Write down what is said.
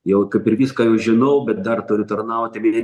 jau kaip ir viską jau žinau bet dar turi tarnauti mėnesį